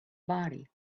body